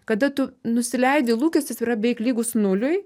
kada tu nusileidi lūkestis yra beveik lygus nuliui